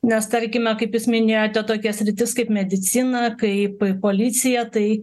nes tarkime kaip jūs minėjote tokias sritis kaip medicina kaip policija tai